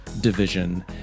division